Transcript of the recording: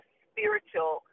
spiritual